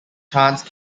chance